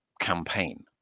campaign